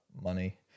money